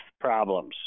problems